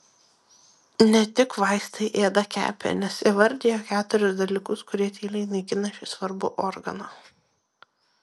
ne tik vaistai ėda kepenis įvardijo keturis dalykus kurie tyliai naikina šį svarbų organą